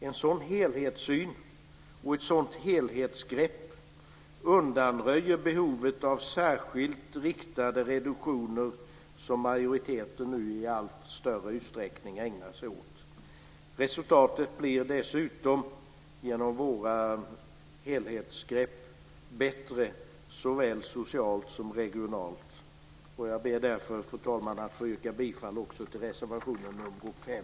En sådan helhetssyn och ett sådant helhetsgrepp undanröjer behovet av de särskilt riktade reduktioner som majoriteten nu i allt större utsträckning ägnar sig åt. Resultatet av våra helhetsgrepp blir dessutom bättre såväl socialt som regionalt. Jag ber därför, fru talman, att få yrka bifall också till reservation 5.